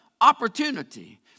opportunity